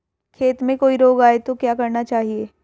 खेत में कोई रोग आये तो क्या करना चाहिए?